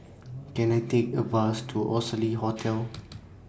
Can I Take A Bus to Oxley Hotel